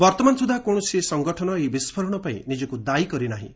ବର୍ତ୍ତମାନସୁଦ୍ଧା କୌଣସି ସଙ୍ଗଠନ ଏହି ବିସ୍କୋରଣପାଇଁ ନିଜକୁ ଦାୟୀ କରି ନାହିଁ